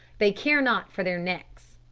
they care not for their necks.